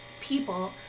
people